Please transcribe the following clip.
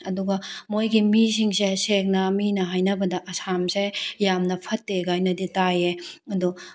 ꯑꯗꯨꯒ ꯃꯣꯏꯒꯤ ꯃꯤꯁꯤꯡꯁꯦ ꯁꯦꯡꯅ ꯃꯤꯅ ꯍꯥꯏꯅꯕꯗ ꯑꯁꯥꯝꯁꯦ ꯌꯥꯝꯅ ꯐꯠꯇꯦ ꯀꯥꯏꯅꯗꯤ ꯇꯥꯏꯌꯦ ꯑꯗꯣ